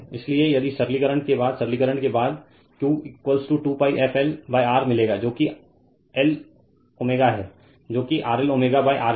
इसलिए यदि सरलीकरण के बाद सरलीकरण के बाद Q 2 pi f L R मिलेगा जोकी L ω है जो की RL ω R है